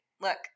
look